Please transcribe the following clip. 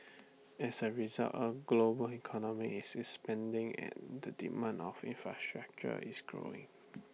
as A result A global economy is expanding and the demand for infrastructure is growing